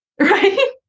Right